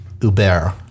Uber